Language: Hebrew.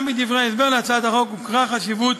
גם בדברי ההסבר להצעת החוק הוכרה חשיבות